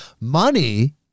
Money